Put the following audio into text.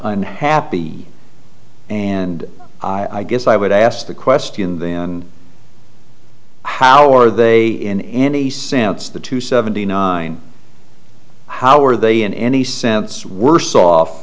unhappy and i guess i would ask the question how are they in any sense the two seventy nine how are they in any sense worse off